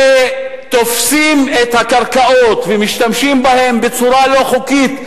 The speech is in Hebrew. שתופסים את הקרקעות ומשתמשים בהן בצורה לא חוקית.